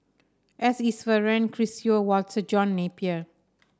S Iswaran Chris Yeo Walter John Napier